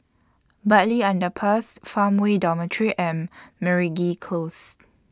Bartley Underpass Farmway Dormitory and Meragi Close